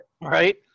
Right